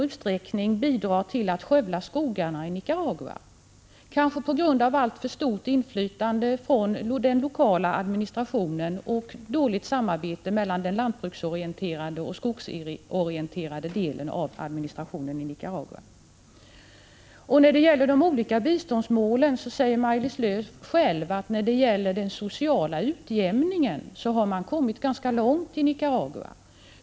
1985/86:117 olyckligtvis i stor utsträckning bidrar till en skövling av skogarna i Nicaragua, 16 april 1986 kanske på grund av alltför stort inflytande från den lokala administrationen När det gäller de olika biståndsmålen säger Maj-Lis Lööw själv att man när det gäller den sociala utjämningen har kommit ganska långt i Nicaragua.